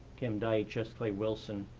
kim deitch, s. clay wilson,